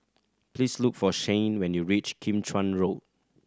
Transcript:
please look for Shayne when you reach Kim Chuan Road